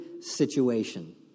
situation